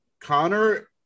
Connor